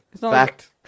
Fact